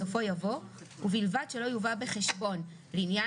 בסופו יבוא "ובלבד שלא יובא בחשבון לעניין